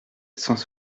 sans